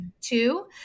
two